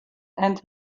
and